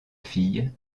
fille